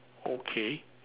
okay